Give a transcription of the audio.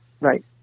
right